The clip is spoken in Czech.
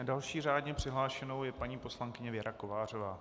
Další řádně přihlášenou je paní poslankyně Věra Kovářová.